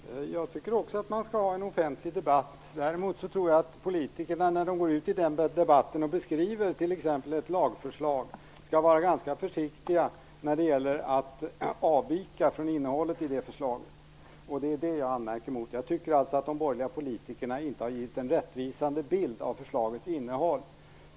Herr talman! Jag tycker också att man skall ha en offentlig debatt. Däremot tror jag att politiker skall vara ganska försiktiga när de går ut i den debatten och beskriver t.ex. ett lagförslag, så att de inte avviker från innehållet i det förslaget. Det är det jag anmärker mot. Jag tycker att de borgerliga politikerna inte har givit en rättvisande bild av förslagets innehåll.